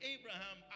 Abraham